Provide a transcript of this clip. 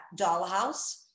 dollhouse